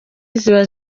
zizaba